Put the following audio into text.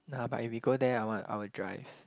no but if we go there I want I will drive